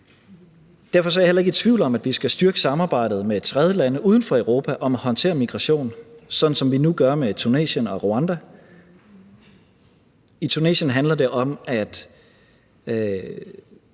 Derfor er jeg heller ikke i tvivl om, at vi skal styrke samarbejdet med tredjelande uden for Europa om at håndtere migration, sådan som vi nu gør med Tunesien og Rwanda. I Tunesien handler det om at